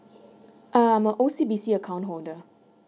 err I'm a O_C_B_C account holder